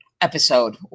episode